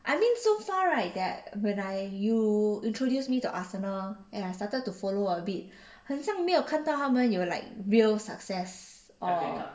I mean so far right that when I you introduce me to arsenal and I started to follow a bit 很像没有看到他们有 like real success or